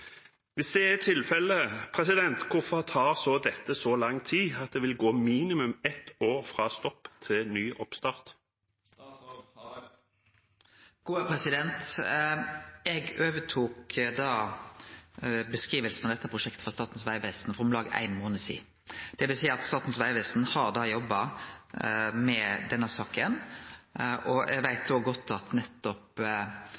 det er tilfellet, hvorfor tar dette så lang tid at det vil gå minimum ett år fra stopp til ny oppstart? Eg fekk beskrivinga av dette prosjektet av Statens vegvesen for om lag ein månad sidan. Det vil seie at Statens vegvesen har jobba med denne saka, og eg